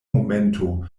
momento